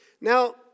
Now